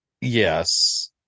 Yes